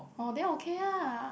orh then okay ah